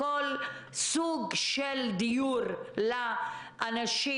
כל סוג של דיור לאנשים,